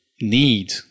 need